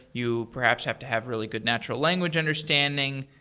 you perhaps have to have really good natural language understanding.